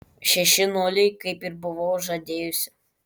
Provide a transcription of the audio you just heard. šeši nuliai kaip ir buvau žadėjusi